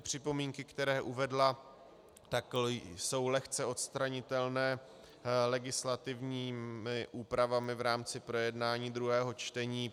Připomínky, které uvedla, jsou lehce odstranitelné legislativními úpravami v rámci projednání druhého čtení.